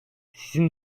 sizin